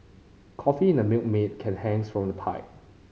coffee in a Milkmaid can hangs from a pipe